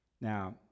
Now